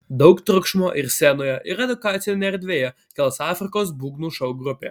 daug triukšmo ir scenoje ir edukacinėje erdvėje kels afrikos būgnų šou grupė